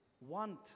want